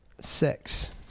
six